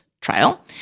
trial